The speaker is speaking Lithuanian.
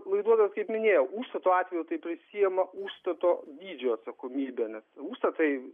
laiduotojas kaip minėjau užstato atveju tai prisiima užstato dydžio atsakomybę nes užstatai